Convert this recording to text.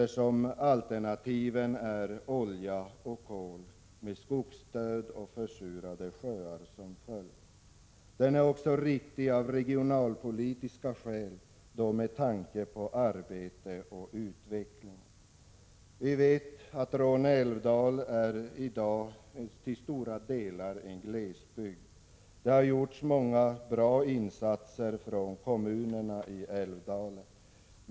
För vad är alternativet? Jo, olja och kol, med skogsdöd och försurade sjöar som följd. Den är också riktig av regionalpolitiska skäl, med tanke på arbete och utveckling. Råne älvdal är i dag till stora delar en glesbygd. Stora och bra insatser har gjorts av kommunerna efter älvdalen.